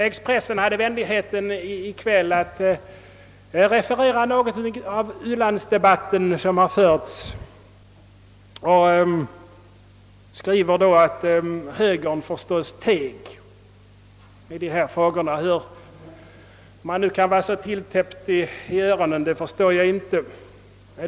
Expressen hade i kväll vänligheten att referera något av den u-landsdebatt som har förts och skrev då att högern förstås teg i de här frågorna. Hur man nu kan vara så tilltäppt i öronen förstår jag inte.